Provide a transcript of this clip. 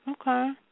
Okay